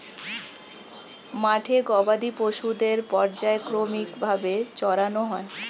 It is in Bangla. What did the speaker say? মাঠে গবাদি পশুদের পর্যায়ক্রমিক ভাবে চরানো হয়